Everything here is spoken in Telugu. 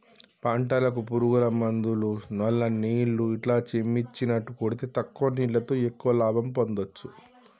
పంటలకు పురుగుల మందులు మల్ల నీళ్లు ఇట్లా చిమ్మిచినట్టు కొడితే తక్కువ నీళ్లతో ఎక్కువ లాభం పొందొచ్చు